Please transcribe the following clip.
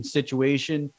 situation